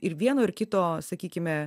ir vieno ir kito sakykime